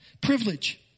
Privilege